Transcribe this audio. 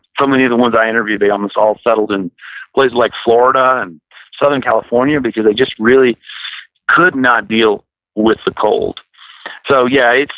so many of the ones i interviewed, they um all settled in places like florida and southern california because they just really could not deal with the cold so yeah,